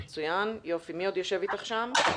מי עוד יושב איתך שם?